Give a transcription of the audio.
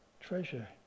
treasure